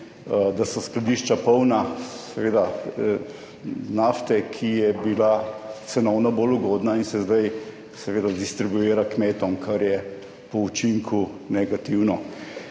da so skladišča polna nafte, ki je bila cenovno bolj ugodna in se zdaj seveda distribuira kmetom, kar je po učinku negativno.